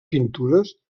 pintures